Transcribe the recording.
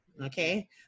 Okay